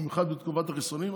במיוחד בתקופת החיסונים,